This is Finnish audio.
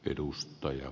puhemies